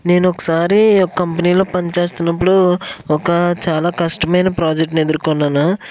నేను ఒకసారి ఒక కంపెనీ లో పని చేస్తున్నప్పడు ఒక చాలా కష్టమైన ప్రాజెక్ట్ ని ఎదుర్కొన్నాను